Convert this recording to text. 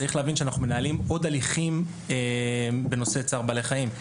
צריך להבין שאנחנו מנהלים עוד הליכים בנושא צער בעלי חיים.